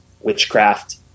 witchcraft